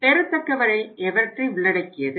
பெறத்தக்கவை எவற்றை உள்ளடக்கியது